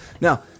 Now